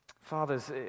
Fathers